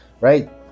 right